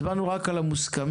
הצבענו רק על הסעיפים המוסכמים,